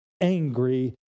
angry